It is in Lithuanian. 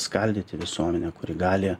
skaldyti visuomenę kuri gali